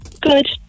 Good